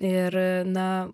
ir na